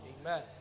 amen